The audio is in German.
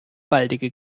baldige